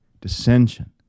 dissension